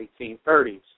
1830s